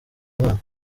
umwana